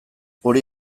hori